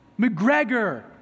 McGregor